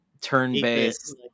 turn-based